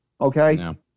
okay